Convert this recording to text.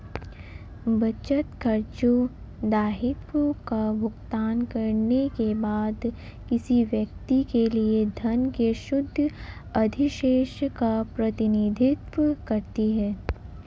बचत, खर्चों, दायित्वों का भुगतान करने के बाद किसी व्यक्ति के लिए धन के शुद्ध अधिशेष का प्रतिनिधित्व करती है